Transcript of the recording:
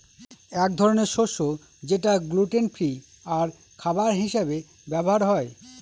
এক ধরনের শস্য যেটা গ্লুটেন ফ্রি আর খাবার হিসাবে ব্যবহার হয়